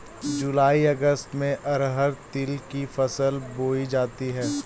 जूलाई अगस्त में अरहर तिल की फसल बोई जाती हैं